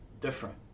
different